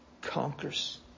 conquers